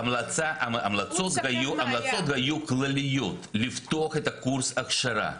ההמלצות היו כלליות, לפתוח את קורס ההכשרה.